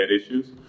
issues